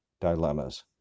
dilemmas